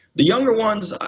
the younger ones,